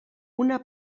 una